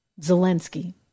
Zelensky